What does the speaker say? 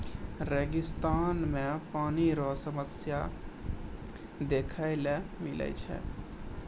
रेगिस्तान मे पानी रो समस्या देखै ले मिलै छै